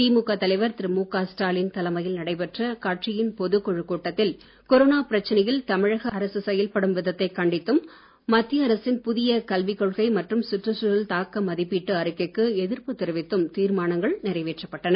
திமுக தலைவர் திரு மு க ஸ்டாலின் தலைமையில் நடைபெற்ற கட்சியின் பொதுக்குழு கூட்டத்தில் கொரோனா பிரச்சனையில் தமிழக அரசு செயல்படும் விதத்தை கண்டித்தும் மத்திய அரசின் புதிய கல்விக்கொள்கை மற்றும் சுற்றுச்சூழல் தாக்க மதிப்பீட்டு தெரிவித்தும் தீர்மானங்கள் அறிக்கைக்கு எதிர்ப்பு நிறைவேற்றப்பட்டன